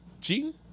Cheating